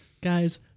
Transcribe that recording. Guys